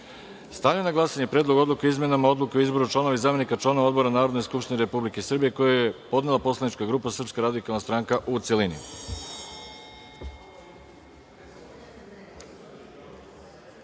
na glasanje Predlog odluke o izmenama Odluke o izboru članova i zamenika članova odbora Narodne skupštine Republike Srbije, koji je podnela poslanička grupa Srpska radikalna stranka, u